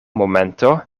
momento